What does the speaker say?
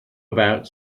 about